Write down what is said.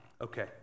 Okay